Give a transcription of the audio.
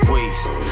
Waste